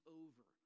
over